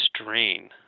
strain